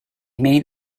main